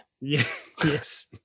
Yes